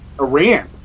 Iran